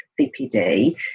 CPD